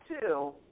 two